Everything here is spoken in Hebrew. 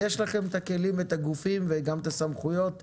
יש לכם את הכלים, את הגופים וגם הסמכויות.